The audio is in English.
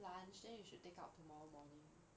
lunch then you should take out tomorrow morning